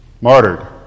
martyred